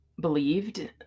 believed